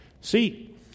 See